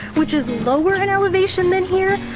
which is lower in elevation than here,